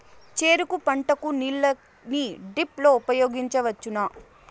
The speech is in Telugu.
చెరుకు పంట కు నీళ్ళని డ్రిప్ లో ఉపయోగించువచ్చునా?